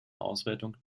auswertung